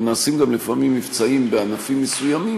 ונעשים גם לפעמים מבצעים בענפים מסוימים,